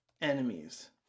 enemies